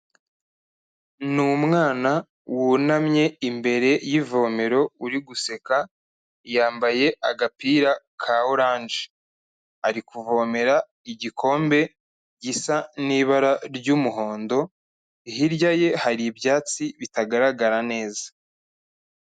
Ni umwana wunamye imbere y'ivomero uri guseka, yambaye agapira ka orange, ari kuvomera igikombe gisa n'ibara ry'umuhondo, hirya ye hari ibyatsi bitagaragara neza.